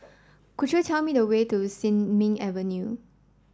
could you tell me the way to Sin Ming Avenue